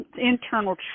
internal